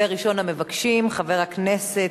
ראשון המבקשים, חבר הכנסת,